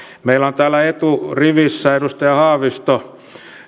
meillä on täällä eturivissä edustaja haavisto